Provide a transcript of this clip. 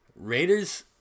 Raiders